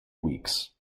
weeks